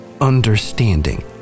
understanding